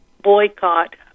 boycott